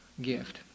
gift